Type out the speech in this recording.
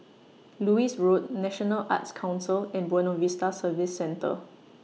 Lewis Road National Arts Council and Buona Vista Service Centre